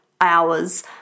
hours